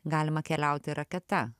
galima keliauti raketa